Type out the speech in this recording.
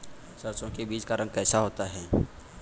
सरसों के बीज का रंग कैसा होता है?